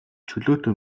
чөлөөтэй